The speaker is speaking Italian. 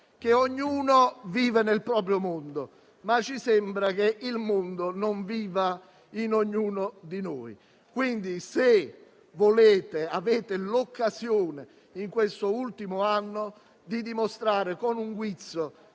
- ognuno vive nel proprio mondo, ma ci sembra che il mondo non viva in ognuno di noi. Quindi, se avete l'occasione, in questo ultimo anno, dimostrate, con un guizzo